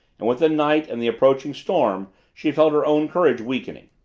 and with the night and the approaching storm she felt her own courage weakening.